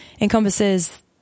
encompasses